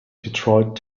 detroit